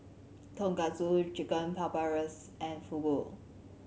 Tonkatsu Chicken Paprikas and Fugu